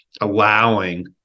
allowing